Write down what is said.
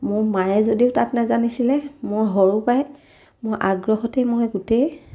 মোৰ মায়ে যদিও তাত নাজানিছিলে মোৰ সৰু পৰাই মই আগ্ৰহতেই মই গোটেই